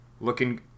looking